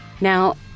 Now